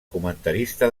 comentarista